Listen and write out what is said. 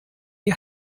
ihr